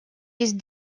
есть